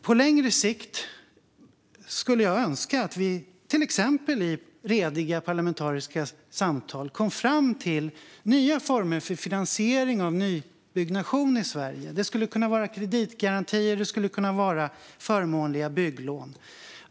På längre sikt skulle jag önska att vi till exempel i rediga parlamentariska samtal kom fram till nya former för finansiering av nybyggnation i Sverige. Det skulle kunna vara kreditgarantier; det skulle kunna vara förmånliga bygglån.